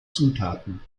zutaten